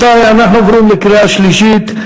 רבותי, אנחנו עוברים לקריאה שלישית.